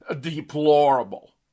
deplorable